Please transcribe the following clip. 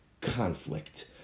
conflict